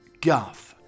guff